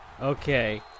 Okay